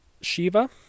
Shiva